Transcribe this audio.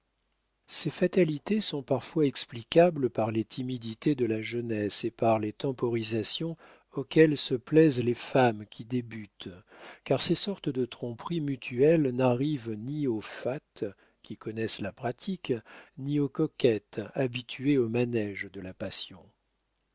ces fatalités sont parfois explicables par les timidités de la jeunesse et par les temporisations auxquelles se plaisent les femmes qui débutent car ces sortes de tromperies mutuelles n'arrivent ni aux fats qui connaissent la pratique ni aux coquettes habituées aux manéges de la passion